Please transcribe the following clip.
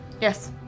Yes